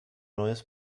neues